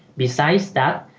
besides that,